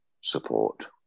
support